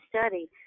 study